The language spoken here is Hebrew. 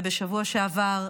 ובשבוע שעבר,